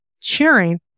cheering